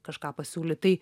kažką pasiūlyt tai